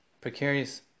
precarious